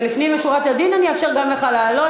ולפנים משורת הדין אני אאפשר גם לך לעלות,